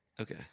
Okay